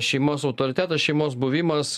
šeimos autoritetas šeimos buvimas